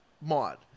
mod